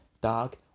dark